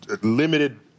limited